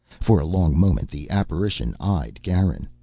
for a long moment the apparition eyed garin.